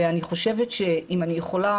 ואני חושבת אם אני יכולה,